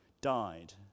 died